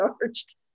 charged